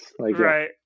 Right